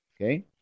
okay